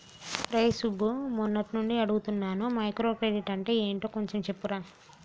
రేయ్ సుబ్బు, మొన్నట్నుంచి అడుగుతున్నాను మైక్రో క్రెడిట్ అంటే యెంటో కొంచెం చెప్పురా